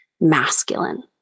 masculine